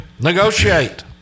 negotiate